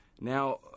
Now